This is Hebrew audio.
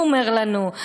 הוא אומר לנו,